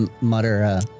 mutter